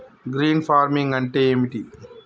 Green farming అంటే ఏమిటి?